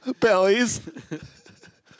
bellies